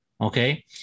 Okay